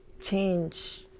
change